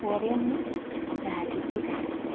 ପରେ ମୁଁ ଯାହା କିଛି କାମ କରେ